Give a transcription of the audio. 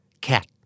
cat